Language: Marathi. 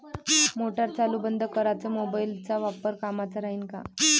मोटार चालू बंद कराच मोबाईलचा वापर कामाचा राहीन का?